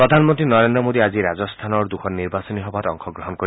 প্ৰধানমন্ত্ৰী নৰেন্দ্ৰ মোডীয়ে আজি ৰাজস্থানত নিৰ্বাচনী সভাত অংশগ্ৰহণ কৰিব